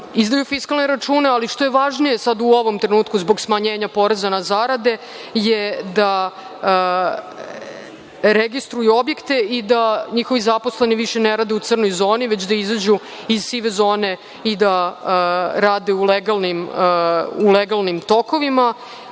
izdaju fiskalne račune. Ali, ono što je važnije sada u ovom trenutku zbog smanjenja poreza na zarade, jeste da registruju objekte i da njihovi zaposleni više ne rade u crnoj zoni, već da izađu iz sive zone i da rade u legalnim tokovima,